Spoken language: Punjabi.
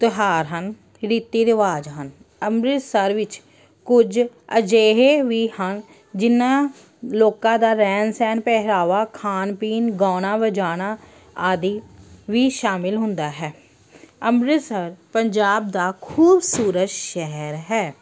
ਤਿਉਹਾਰ ਹਨ ਰੀਤੀ ਰਿਵਾਜ਼ ਹਨ ਅੰਮ੍ਰਿਤਸਰ ਵਿੱਚ ਕੁਝ ਅਜਿਹੇ ਵੀ ਹਨ ਜਿਨ੍ਹਾਂ ਲੋਕਾਂ ਦਾ ਰਹਿਣ ਸਹਿਣ ਪਹਿਰਾਵਾ ਖਾਣ ਪੀਣ ਗਾਉਣਾ ਵਜਾਉਣਾ ਆਦਿ ਵੀ ਸ਼ਾਮਿਲ ਹੁੰਦਾ ਹੈ ਅੰਮ੍ਰਿਤਸਰ ਪੰਜਾਬ ਦਾ ਖੂਬਸੂਰਤ ਸ਼ਹਿਰ ਹੈ